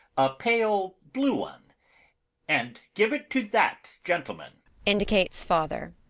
a pale blue one and give it to that gentleman indicates father.